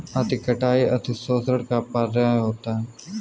अति कटाई अतिशोषण का पर्याय होता है